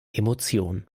emotion